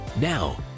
Now